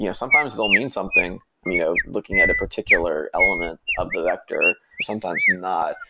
yeah sometimes they'll mean something you know looking at a particular element of the vector, sometimes not.